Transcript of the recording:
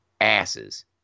asses